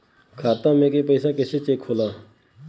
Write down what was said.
खाता में के पैसा कैसे चेक होला?